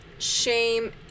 shame